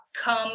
come